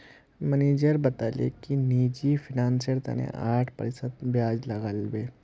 manager बताले कि निजी फिनांसेर तने आठ प्रतिशत ब्याज लागबे